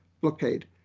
blockade